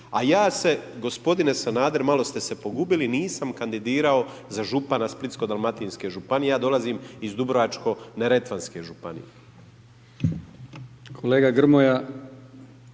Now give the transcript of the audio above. A ja se, gospodine Sanader, malo ste se pogubili, nisam kandidirao za župana Splitsko-dalmatinske županije. Ja dolazim iz Dubrovačko-neretvanske županije.